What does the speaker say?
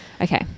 okay